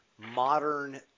modern